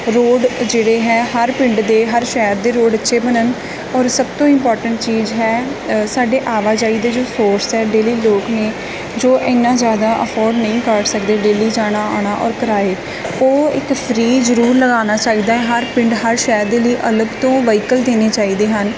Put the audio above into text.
road ਜਿਹੜੇ ਹੈ ਹਰ ਪਿੰਡ ਦੇ ਹਰ ਸ਼ਹਿਰ ਦੇ ਰੋਡ ਅੱਛੇ ਬਣਨ ਔਰ ਸਭ ਤੋਂ ਇੰਪੋਰਟੈਂਟ ਚੀਜ਼ ਹੈ ਸਾਡੇ ਆਵਾਜਾਈ ਦੇ ਜੋ ਸੋਰਸ ਹੈ ਡੇਲੀ ਲੋਕ ਨੇ ਜੋ ਇੰਨਾਂ ਜ਼ਿਆਦਾ ਅਫੋਰਡ ਨਹੀਂ ਕਰ ਸਕਦੇ ਡੇਲੀ ਜਾਣਾ ਆਉਣਾ ਔਰ ਕਿਰਾਏ ਉਹ ਇੱਕ ਫ੍ਰੀ ਜ਼ਰੂਰ ਲਗਾਉਣਾ ਚਾਹੀਦਾ ਹਰ ਪਿੰਡ ਹਰ ਸ਼ਹਿਰ ਦੇ ਲਈ ਅਲੱਗ ਤੋਂ ਵਹੀਕਲ ਦੇਣੇ ਚਾਹੀਦੇ ਹਨ